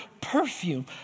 perfume